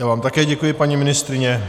Já vám také děkuji, paní ministryně.